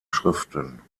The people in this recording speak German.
schriften